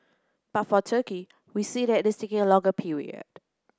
but for Turkey we see that it is taking a longer period